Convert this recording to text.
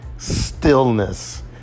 stillness